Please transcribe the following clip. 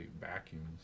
vacuums